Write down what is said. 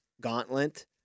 gauntlet